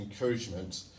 encouragement